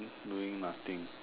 doing nothing